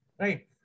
right